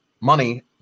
money